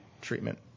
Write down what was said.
treatment